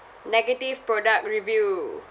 negative product review